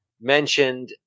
mentioned